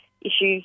issues